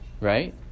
right